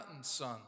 Son